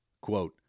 Quote